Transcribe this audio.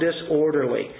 disorderly